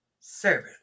servant